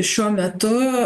šiuo metu